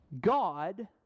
God